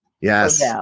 yes